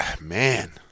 Man